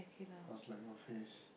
was like your face